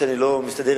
אדם ההולך בדרך זו,